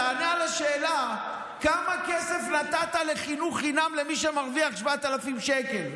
תענה על השאלה כמה כסף נתת לחינוך חינם למי שמרוויח 7,000 שקל,